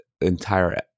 entire